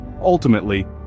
ultimately